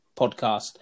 podcast